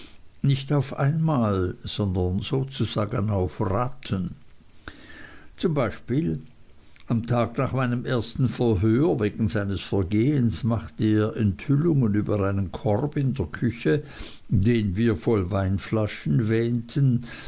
nicht auf einmal sondern sozusagen auf raten zum beispiel am tag nach meinem ersten verhör wegen seines vergehens machte er enthüllungen über einen korb in der küche den wir voll weinflaschen wähnten